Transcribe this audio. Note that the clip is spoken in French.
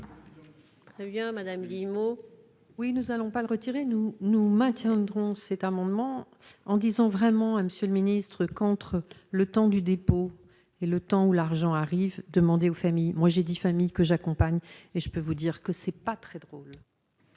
Eh bien, madame Guillemot. Oui, nous allons pas le retirer, nous nous maintiendrons cet amendement en disant : vraiment, monsieur le ministre, contre le temps du dépôt et le temps où l'argent arrive demander aux familles, moi j'ai dit familles que j'accompagne et je peux vous dire que c'est pas très drôle.